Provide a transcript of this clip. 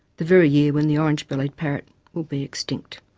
the very year when the orange-bellied parrot will be extinct.